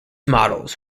models